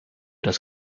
das